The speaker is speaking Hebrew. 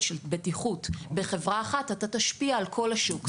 של בטיחות בחברה אחת אתה תשפיע על כל השוק.